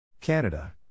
Canada